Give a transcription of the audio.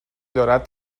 دارد